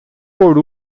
por